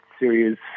serious